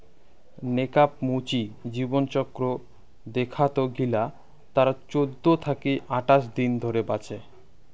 নেকাব মুচি জীবনচক্র দেখাত গিলা তারা চৌদ্দ থাকি আঠাশ দিন ধরে বাঁচে